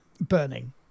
burning